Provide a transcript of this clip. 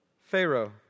Pharaoh